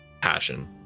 passion